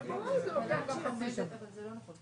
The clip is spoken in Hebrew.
ייתכנו שינויים גם בתוכנית שהוגשה לתוכנית שהוחלט